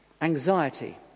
Anxiety